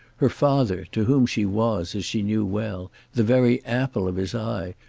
her father, to whom she was, as she knew well, the very apple of his eye,